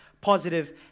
positive